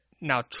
now